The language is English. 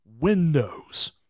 windows